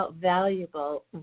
valuable